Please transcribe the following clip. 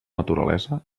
naturalesa